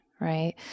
right